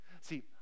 See